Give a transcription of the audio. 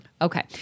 Okay